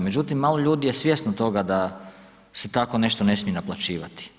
Međutim, malo ljudi je svjesno toga da se takvo nešto ne smije naplaćivati.